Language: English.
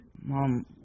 Mom